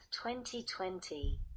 2020